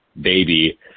baby